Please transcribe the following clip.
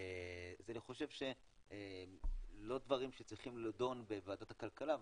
אז אני חושב שאלה לא דברים שצריכים להידון בוועדת הכלכלה,